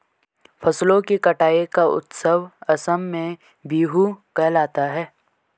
फसलों की कटाई का उत्सव असम में बीहू कहलाता है